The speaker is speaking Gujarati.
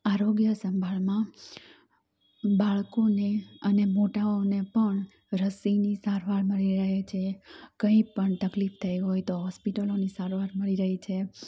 આરોગ્ય સંભાળમાં બાળકોને અને મોટાઓને પણ રસીની સારવાર મળી રહે છે કંઇપણ તકલીફ થઈ હોય તો હોસ્પિટલોની સારવાર મળી રહે છે